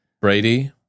Brady